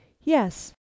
yes